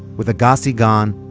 with agassi gone,